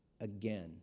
Again